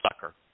sucker